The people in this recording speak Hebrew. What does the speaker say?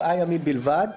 7 ימים בלבד,